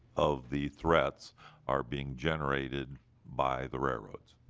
of the threats are being generated by the railroads?